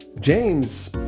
James